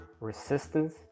resistance